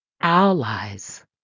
allies